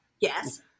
Yes